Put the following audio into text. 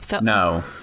No